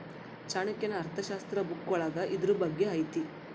ಚಾಣಕ್ಯನ ಅರ್ಥಶಾಸ್ತ್ರ ಬುಕ್ಕ ಒಳಗ ಇದ್ರೂ ಬಗ್ಗೆ ಐತಿ